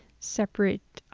separate